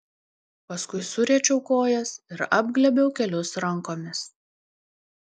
paskui suriečiau kojas ir apglėbiau kelius rankomis